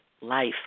life